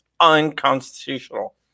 unconstitutional